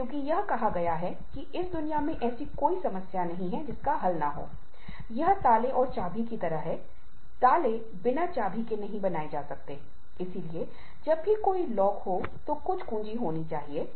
और कानून भी अधिनियम ऐसा है जो महिला कर्मचारियों को शाम 7 बजे और शाम 6 बजे के दौरान प्रतिबंधित करता है